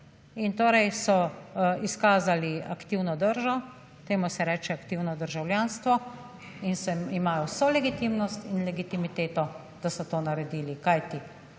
in torej so izkazali aktivno držo, temu se reče aktivno državljanstvo in ima vso legitimnost in legitimiteto, da so to naredili, kajti